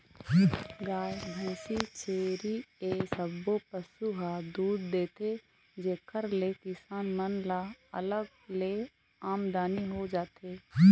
गाय, भइसी, छेरी ए सब्बो पशु ह दूद देथे जेखर ले किसान मन ल अलग ले आमदनी हो जाथे